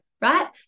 right